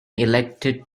elected